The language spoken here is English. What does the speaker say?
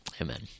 Amen